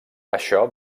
això